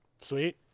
Sweet